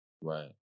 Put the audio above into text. Right